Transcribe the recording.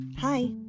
Hi